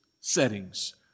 settings